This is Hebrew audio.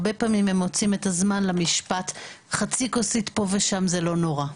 הרבה פעמים הם מוצאים את הזמן למשפט "חצי כוסית פה ושם זה לא נורא".